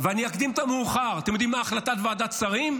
ואני אקדים את המאוחר: אתם יודעים מה החלטת ועדת שרים?